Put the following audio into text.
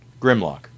Grimlock